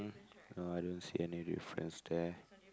no I don't see any difference there